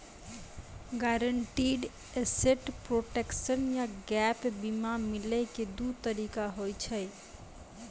guaranteed asset protection या gap बीमा मिलै के दु तरीका होय छै